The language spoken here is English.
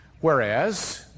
whereas